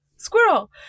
squirrel